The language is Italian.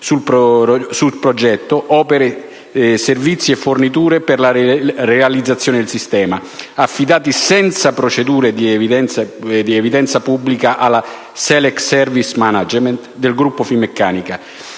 su progetto, opere, servizi e forniture per la realizzazione del sistema, affidati senza procedure di evidenza pubblica alla Selex Service Management del gruppo Finmeccanica,